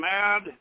mad